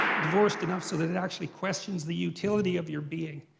divorced enough so that it actually questions the utility of your being.